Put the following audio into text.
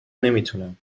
نمیتونم